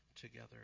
together